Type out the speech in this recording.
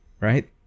right